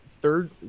third